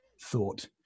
thought